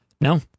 No